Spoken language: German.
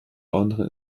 genre